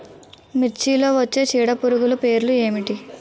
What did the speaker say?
మిర్చిలో వచ్చే చీడపురుగులు పేర్లు ఏమిటి?